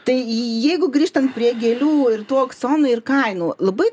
tai jeigu grįžtant prie gėlių ir tų aukcionų ir kainų labai